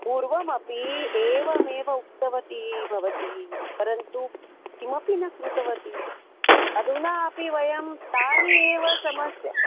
पूर्ममपि एवमेव उक्तवती भवती परन्तु किमपि न कृतवती अधुना अपि वयं ताः एव समस्याः